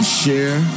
share